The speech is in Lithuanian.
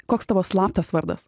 koks tavo slaptas vardas